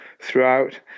throughout